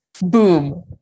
boom